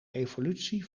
evolutie